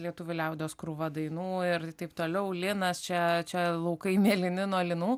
lietuvių liaudies krūva dainų ir taip toliau linas čia čia laukai mėlyni nuo linų